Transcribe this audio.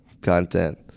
content